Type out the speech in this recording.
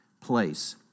place